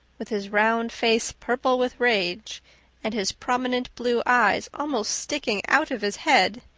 with his round face purple with rage and his prominent blue eyes almost sticking out of his head,